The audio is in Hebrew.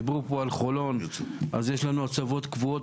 ודיברו פה על חולון אז יש לנו הצבות קבועות